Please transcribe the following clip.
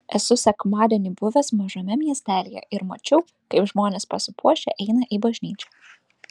esu sekmadienį buvęs mažame miestelyje ir mačiau kaip žmonės pasipuošę eina į bažnyčią